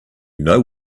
know